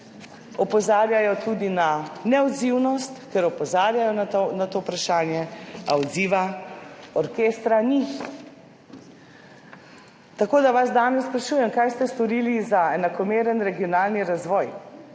Opozarjajo tudi na neodzivnost, saj opozarjajo na to vprašanje, a odziva orkestra ni. Zato vas danes sprašujem. Kaj ste storili za enakomeren regionalni razvoj?